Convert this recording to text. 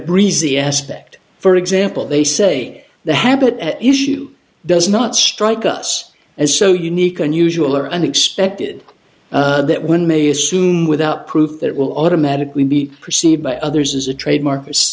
breezy aspect for example they say the habit at issue does not strike us as so unique unusual or unexpected that one may assume without proof that it will automatically be perceived by others as a trademark